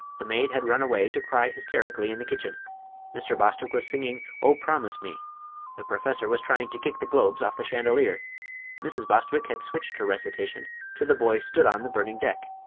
the maid had run away to cry hysterically in the kitchen mr. bostwick was singing o promise me the professor was trying to kick the globes off the chandelier mrs. bostwick had switched her recitation to the boy stood on the burning deck,